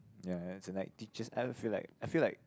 ya ya as in like teachers I feel like I feel like